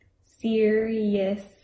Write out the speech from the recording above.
serious